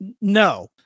no